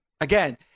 Again